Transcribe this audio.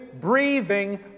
breathing